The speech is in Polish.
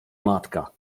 matka